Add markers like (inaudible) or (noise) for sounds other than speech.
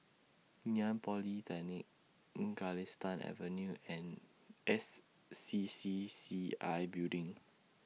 Ngee Ann Polytechnic (hesitation) Galistan Avenue and S C C C I Building